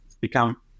become